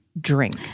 drink